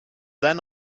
then